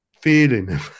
feeling